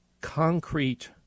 concrete